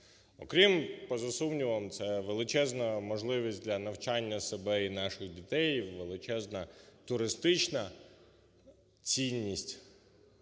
Окрім, поза сумнівом, це величезна можливість для навчання себе і наших дітей, і величезна туристична цінність.